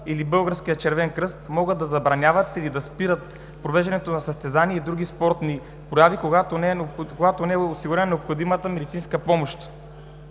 или Българският Червен кръст могат да забраняват или да спират провеждането на състезания и други спортни прояви, когато не е осигурена необходимата медицинска помощ.